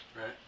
Right